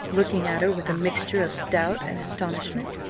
looking at her with a mixture of doubt and astonishment.